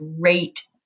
great